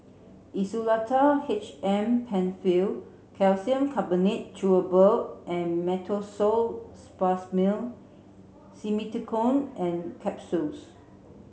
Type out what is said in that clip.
Insulatard H M Penfill Calcium Carbonate Chewable and Meteospasmyl Simeticone Capsules